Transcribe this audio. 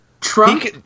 Trump